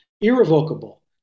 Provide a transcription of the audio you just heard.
irrevocable